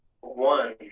one